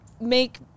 make